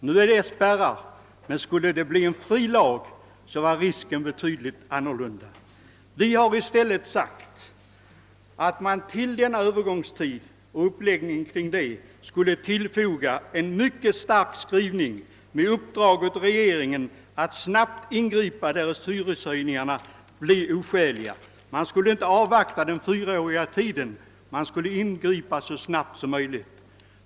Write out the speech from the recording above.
Nu finns det hyresspärrar, men om det skulle bli en fri lag vore riskerna betydande. Vi har i stället sagt att man till kortare övergångstid och uppläggningen kring denna skulle foga en mycket stark skrivning med uppdrag åt regeringen att skyndsamt ingripa därest hyreshöjningarna blir oskäliga. Man skulle inte avvakta de fyra åren utan ingripa så snabbt som möjligt.